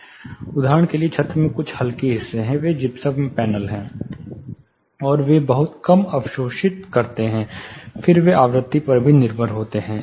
उदाहरण के लिए छत में कुछ हल्के हिस्से हैं वे जिप्सम पैनल हैं और वे बहुत कम अवशोषित करते हैं फिर वे आवृत्ति पर निर्भर होते हैं